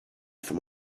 for